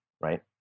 right